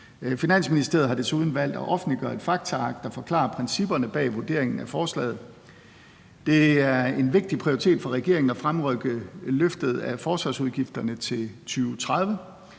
Finansministeriet har desuden valgt at offentliggøre et faktaark, der forklarer principperne bag vurderingen af forslaget. Det er en vigtig prioritet for regeringen at fremrykke løftet af forsvarsudgifterne til 2030,